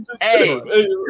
Hey